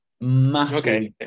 massive